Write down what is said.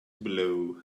blow